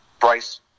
Bryce